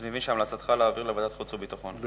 אז אני מבין שהמלצתך היא להעביר לוועדת החוץ והביטחון.